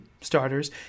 starters